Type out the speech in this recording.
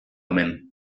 omen